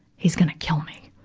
he's gonna kill me!